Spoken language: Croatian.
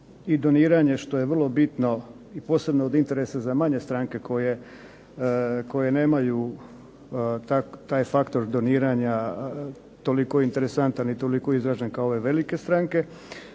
i doniranje što je vrlo bitno i posebno od interesa za manje stranke koje nemaju taj faktor doniranja toliko interesantan i toliko izražen kao ove velike stranke.